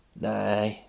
Nah